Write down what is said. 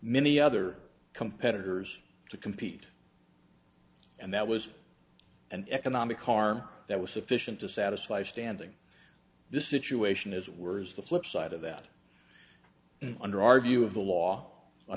many other competitors to compete and that was and economic harm that was sufficient to satisfy standing this situation is where is the flipside of that under our view of the law